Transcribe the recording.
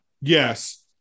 Yes